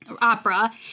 opera